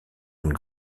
une